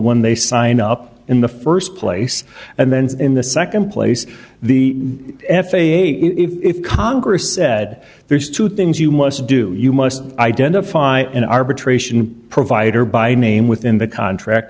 when they sign up in the first place and then in the second place the f a a if congress said there's two things you must do you must identify an arbitration provider by name within the contract